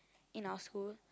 in our school